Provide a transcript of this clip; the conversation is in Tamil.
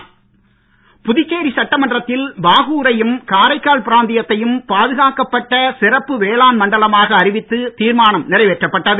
காரைக்கால் புதுச்சேரி சட்டமன்றத்தில் பாகூரையும் பிராந்தியத்தையும் பாதுகாக்கப்பட்ட சிறப்பு வேளாண் மண்டலமாக அறிவித்து தீர்மானம் நிறைவேற்றப்பட்டது